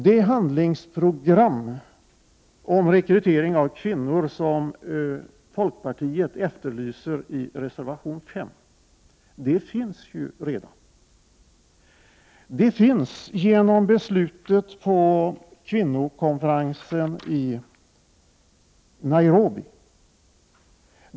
Det handlingsprogram för rekrytering av kvinnor som folkpartiet efterlyser i reservation 5 finns ju redan. Det finns genom beslutet på kvinnokonferensen i Nairobi.